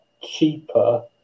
cheaper